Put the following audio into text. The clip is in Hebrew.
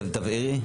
תבהירי.